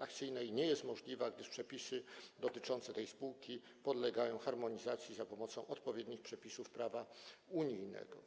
akcyjnej nie jest możliwa, gdyż przepisy dotyczące tej spółki podlegają harmonizacji za pomocą odpowiednich przepisów prawa unijnego.